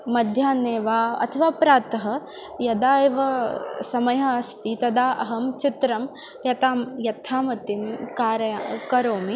मध्याह्ने वा अथवा प्रातः यदा एव समयः अस्ति तदा अहं चित्रं यथा यथामति कारय करोमि